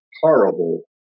horrible